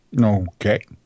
okay